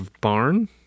barn